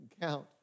count